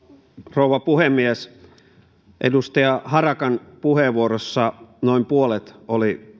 rouva puhemies edustaja harakan puheenvuorossa noin puolet oli